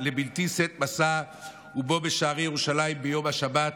לבלתי שאת משא ובא בשערי ירושלם ביום השבת,